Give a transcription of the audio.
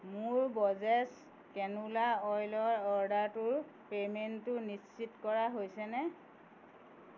মোৰ বৰ্জেছ কেনোলা অইলৰ অৰ্ডাৰটোৰ পে'মেণ্টটো নিশ্চিত কৰা হৈছেনে